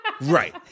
Right